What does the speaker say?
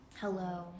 Hello